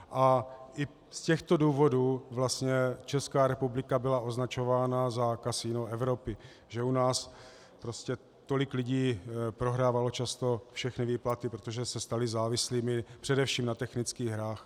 A i z těchto důvodů vlastně Česká republika byla označována za kasino Evropy, že u nás tolik lidí prohrávalo často všechny výplaty, protože se stali závislými především na technických hrách.